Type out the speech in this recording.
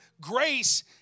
grace